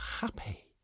happy